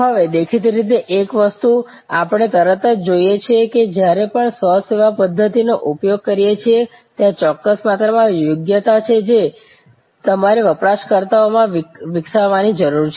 હવે દેખીતી રીતે એક વસ્તુ અપણે તરત જ જોઈ શકીએ છીએ કે જ્યારે પણ સ્વ સેવા પ્ધત્તિ નો ઉપયોગ કરી રહ્યા છીએ ત્યાં ચોક્કસ માત્રામાં યોગ્યતા છે જે તમારે વપરાશકર્તાઓમાં વિકસાવવાની જરૂર છે